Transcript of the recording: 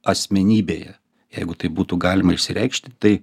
asmenybėje jeigu tai būtų galima išsireikšti tai